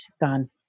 gone